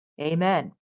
amen